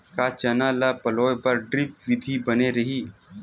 का चना ल पलोय बर ड्रिप विधी बने रही?